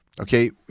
Okay